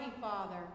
Father